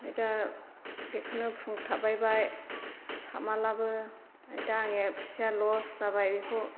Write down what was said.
ओमफाय दा बेखौनो फुनथाबबायबाय साबमालाबो दा आंनि फैसाया लस जाबाय बेखौ